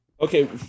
Okay